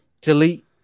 delete